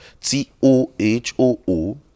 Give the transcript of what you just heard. t-o-h-o-o